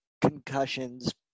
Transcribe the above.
concussions